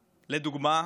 לדוגמה,